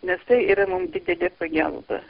nes tai yra mum didelė pagelba